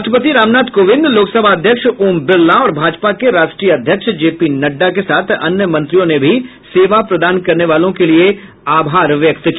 राष्ट्रपति रामनाथ कोविंद लोकसभा अध्यक्ष ओम बिरला और भाजपा के राष्ट्रीय अध्यक्ष जे पी नड्डा के साथ अन्य मंत्रियों ने भी सेवा प्रदान करने वालों के लिए आभार व्यक्त किया